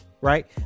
Right